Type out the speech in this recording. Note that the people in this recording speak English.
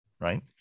right